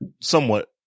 somewhat